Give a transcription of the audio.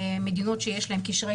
כמובן שרואים יותר מדינות שיש להן קשרי